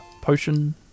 potion